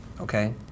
okay